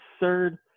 absurd